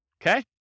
okay